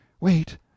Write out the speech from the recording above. Wait